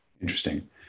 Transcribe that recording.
Interesting